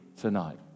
tonight